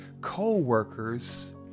co-workers